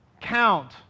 count